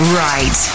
right